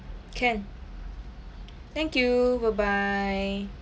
can thank you bye bye